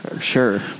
Sure